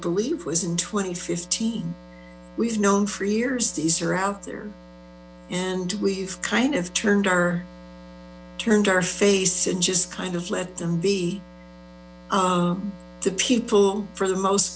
believe was in two thousand and fifteen we've known for years these are out there and weve kind of turned our turned our face and just kind of let them be the people for the most